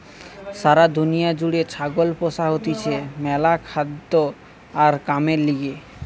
সারা দুনিয়া জুড়ে ছাগল পোষা হতিছে ম্যালা খাদ্য আর কামের লিগে